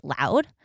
loud